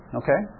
okay